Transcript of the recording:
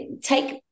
take